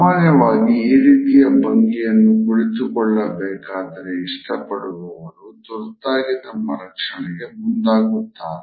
ಸಾಮಾನ್ಯವಾಗಿ ಈ ರೀತಿಯ ಭಂಗಿಯನ್ನು ಕುಳಿತು ಕೊಳ್ಳಬೇಕಾದರೆ ಇಷ್ಟಪಡುವವರು ತುರ್ತಾಗಿ ತಮ್ಮ ರಕ್ಷಣೆಗೆ ಮುಂದಾಗುತ್ತಾರೆ